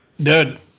dude